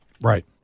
Right